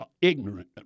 ignorant